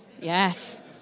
yes